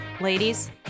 Ladies